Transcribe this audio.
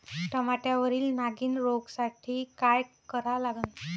टमाट्यावरील नागीण रोगसाठी काय करा लागन?